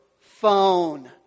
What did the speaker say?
phone